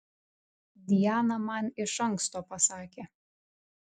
diana man iš anksto pasakė